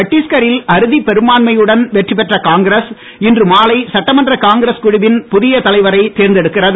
சட்டிஷ்கரில் அறுதி பெரும்பான்மையுடன் வெற்றி பெற்ற காங்கிரஸ் இன்று மாலை சட்டமன்ற காங்கிஸ் குழுவின் புதிய தலைவரை தேர்ந்தெடுக்கிறது